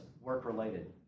work-related